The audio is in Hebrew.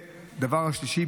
הדבר השלישי,